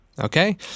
Okay